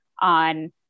on